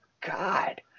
God